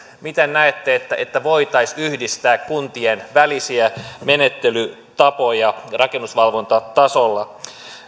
miten näette että että voitaisiin yhdistää kuntien välisiä menettelytapoja rakennusvalvontatasolla